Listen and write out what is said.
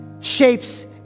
shapes